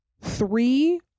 three